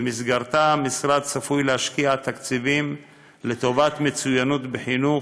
ובמסגרתה המשרד צפוי להשקיע תקציבים לטובת מצוינות בחינוך,